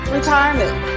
Retirement